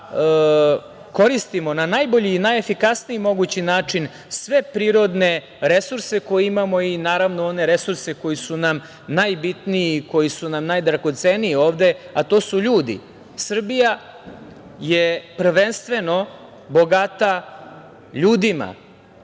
koristimo na najbolji i najefikasniji mogući način sve prirodne resurse koje imamo i naravno one resurse koji su nam najbitniji i koji su nam najdragoceniji ovde, a to su ljudi. Srbija je prvenstveno bogata ljudima,